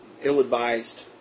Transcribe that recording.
ill-advised